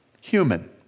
human